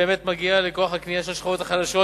באמת מגיע לכוח הקנייה של השכבות החלשות,